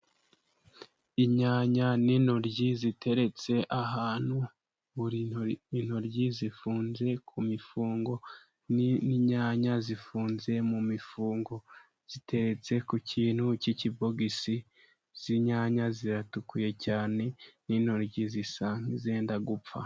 Inyanya n'intoryi ziteretse ahantu, buri intoryi zifunze ku mifungo, n'inyanya zifunze mu mifungo zitetse ku kintu cy'ikibogisi. Izi nyanya ziratukuye cyane, n'intoryi zisa nk'izenda gupfa.